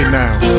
now